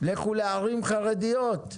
לערים חרדיות.